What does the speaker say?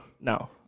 No